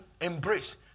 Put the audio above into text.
embrace